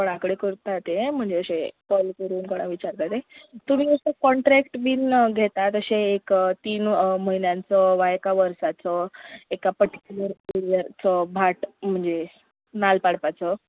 कोणा कडेन करतां तें म्हणजे अशें कॉल करून कोणा विचारता तें तुमी असो कॉंट्रेक्ट बी घेतात अशें एक तीन म्हयन्यांचो वा एका वर्साचो एका पर्टिक्यूलर पिरियडाचो भाट म्हणजे नाल्ल पाडपाचो